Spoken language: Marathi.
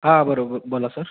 हा बरोबर बोला सर